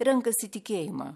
renkasi tikėjimą